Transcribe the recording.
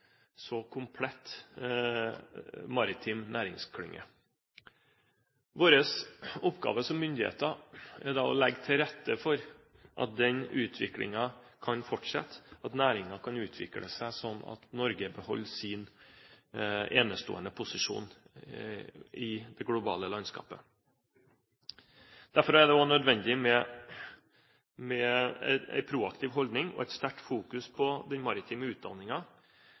så komplett maritim næringsklynge. Vår oppgave som myndigheter er å legge til rette for at denne utviklingen kan fortsette, at næringen kan utvikle seg slik at Norge beholder sin enestående posisjon i det globale landskapet. Derfor er det også nødvendig med en proaktiv holdning og et sterkt fokus på den maritime